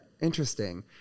interesting